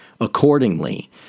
accordingly